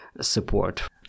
support